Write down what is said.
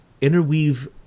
interweave